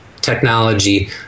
technology